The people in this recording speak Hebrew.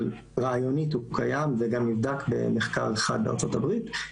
אבל רעיונית הוא קיים וגם נבדק במחקר אחד בארצות הברית,